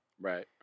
Right